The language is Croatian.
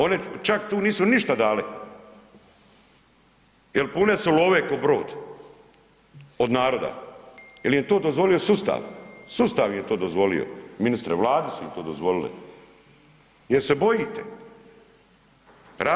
Oni čak tu nisu ništa dali jel pune su love ko brod od naroda jel im je to dozvolio sustav, sustav im je to dozvolio ministre, Vlade su im to dozvolile jer se bojite.